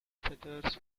feathers